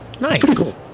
nice